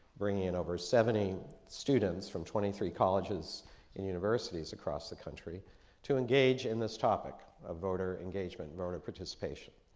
bringing in over seventy students from twenty three colleges and universities across the country to engage in this topic of voter engagement, voter participation.